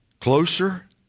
Closer